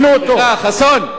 חבר הכנסת יואל חסון.